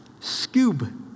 Scoob